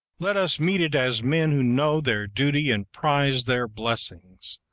let us meet it as men who know their duty and prize their blessings.